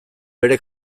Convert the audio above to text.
bere